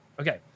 Okay